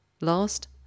Last